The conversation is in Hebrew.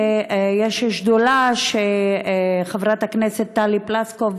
ויש שדולה של חברת הכנסת טלי פלוסקוב,